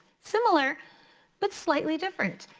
similar but slightly different.